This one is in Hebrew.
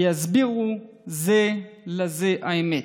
ויסבירו זה לזה האמת".